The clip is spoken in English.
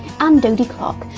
and dodie clark,